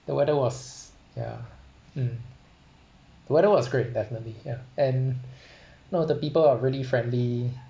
the weather was yeah um the weather was great definitely yeah and no the people are really friendly